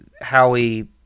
Howie